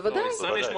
בוודאי, 20 איש מותר.